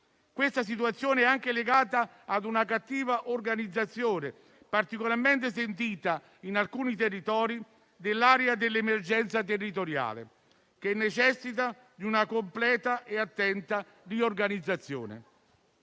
Questa situazione è anche legata a una cattiva organizzazione, particolarmente sentita in alcuni territori dell'area dell'emergenza territoriale, che necessita di una completa e attenta riorganizzazione.